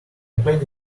penny